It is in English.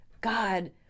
god